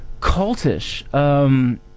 cultish